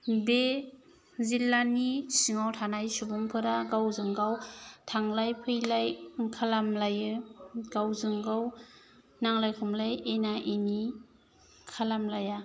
बे जिल्लानि सिङाव थानाय सुबुंफोरा गावजों गाव थांलाय फैलाय खालामलायो गावजों गाव नांलाय खमलाय एना एनि खालामलाया